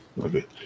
Okay